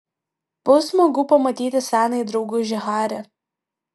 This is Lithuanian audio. bus smagu pamatyti senąjį draugužį harį